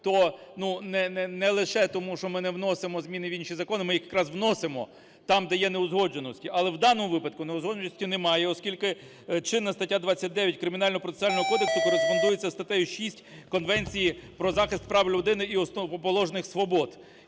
ну, не лише тому, що ми не вносимо зміни в інші закони, ми їх якраз вносимо там, де є неузгодженості. Але в даному випадку неузгодженості немає, оскільки чинна стаття 29 Кримінально-процесуального кодексу кореспондується статтею 6 Конвенції про захист прав людини і основоположних свобод.